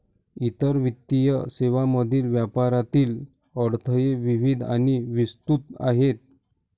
इतर वित्तीय सेवांमधील व्यापारातील अडथळे विविध आणि विस्तृत आहेत